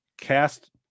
cast